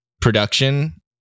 production